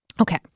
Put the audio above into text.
Okay